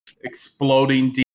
Exploding